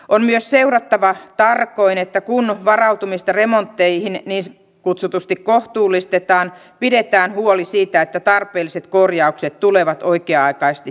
on myös seurattava tarkoin että kun varautumista remontteihin niin kutsutusti kohtuullistetaan pidetään huoli siitä että tarpeelliset korjaukset tulee oikea aikaisesti tehtyä